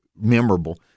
memorable